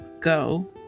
go